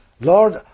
Lord